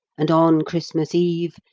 and, on christmas eve,